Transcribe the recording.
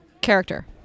character